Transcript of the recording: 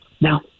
Now